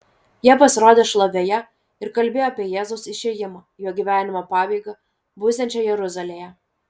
jie pasirodė šlovėje ir kalbėjo apie jėzaus išėjimą jo gyvenimo pabaigą būsiančią jeruzalėje